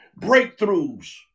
breakthroughs